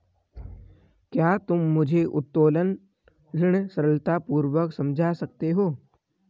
क्या तुम मुझे उत्तोलन ऋण सरलतापूर्वक समझा सकते हो?